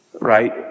Right